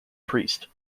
priest